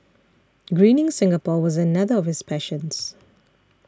greening Singapore was another of his passions